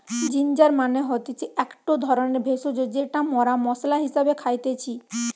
ginger মানে হতিছে একটো ধরণের ভেষজ যেটা মরা মশলা হিসেবে খাইতেছি